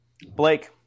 Blake